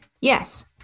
Yes